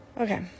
Okay